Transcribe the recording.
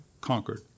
conquered